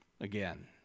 again